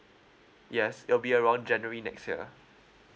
yes it'll be around january next year